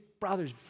brothers